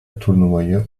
turnuvayı